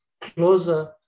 closer